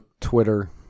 Twitter